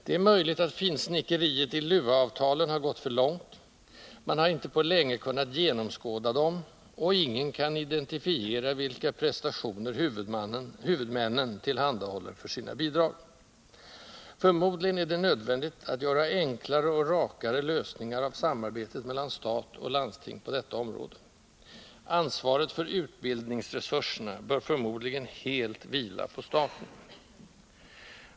Det är möjligt att finsnickeriet i LUA-avtalen har gått för långt: man har inte på länge kunnat genomskåda dem, och ingen kan identifiera vilka prestationer huvudmännen tillhandahåller för de bidrag de får. Förmodligen är det nödvändigt att göra enklare och rakare lösningar av samarbetet mellan stat och landsting på detta område. Ansvaret för utbildningsresurserna bör förmodligen helt vila på staten.